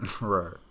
Right